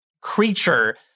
creature